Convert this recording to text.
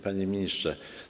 Panie Ministrze!